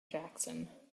jackson